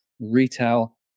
retail